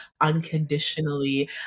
unconditionally